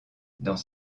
dans